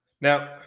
Now